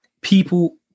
people